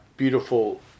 beautiful